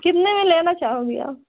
कितने में लेना चाहोगे आप